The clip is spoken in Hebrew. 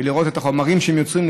לראות את החומרים שהם יוצרים,